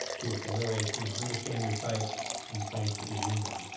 too. so really you know understand your site and the plants that you're using.